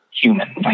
human